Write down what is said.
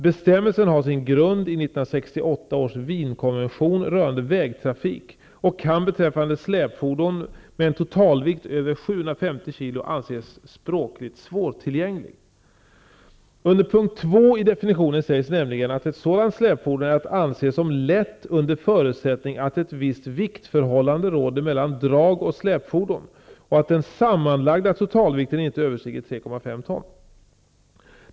Bestämmelsen har sin grund i 1968 års Wienkonvention rörande vägtrafik och kan beträffande släpfordon med en totalvikt över 750 kg anses språkligt svårtillgänglig. Under p. 2 i definitionen sägs nämligen att ett sådant släpfordon är att anse som lätt under förutsättning att ett visst viktförhållande råder mellan drag och släpfordon och att den sammanlagda totalvikten inte överstiger 3,5 ton.